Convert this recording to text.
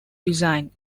design